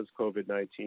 COVID-19